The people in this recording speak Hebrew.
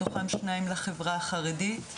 מתוכם שניים לחברה החרדית,